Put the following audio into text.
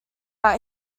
out